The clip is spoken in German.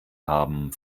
haben